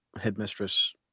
headmistress